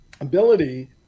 ability